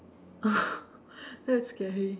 no it's scary